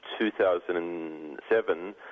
2007